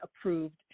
approved